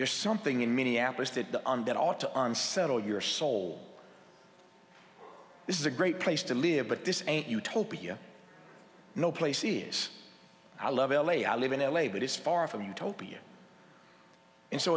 there's something in minneapolis that the undead ought to settle your soul this is a great place to live but this ain't utopia no place is i love l a i live in l a but it's far from utopia and so